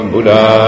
Buddha